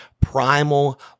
primal